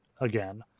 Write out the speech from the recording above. again